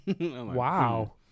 Wow